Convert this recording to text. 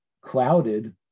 clouded